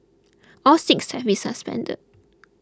all six have been suspended